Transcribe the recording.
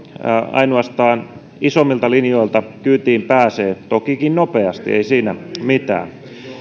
ainoastaan isoimmilta linjoilta kyytiin pääsee tokikin nopeasti ei siinä mitään